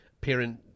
parent